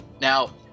now